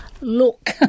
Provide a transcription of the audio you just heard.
look